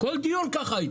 כל דיון ככה איתו.